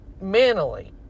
mentally